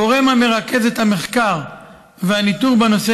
הגורם שמרכז את המחקר והניטור בנושא